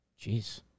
Jeez